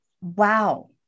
wow